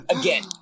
again